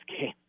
game